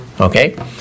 Okay